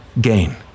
gain